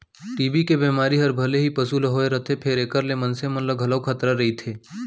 TB के बेमारी हर भले ही पसु ल होए रथे फेर एकर ले मनसे मन ल घलौ खतरा रइथे